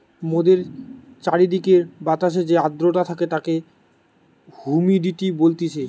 মোদের চারিদিকের বাতাসে যে আদ্রতা থাকে তাকে হুমিডিটি বলতিছে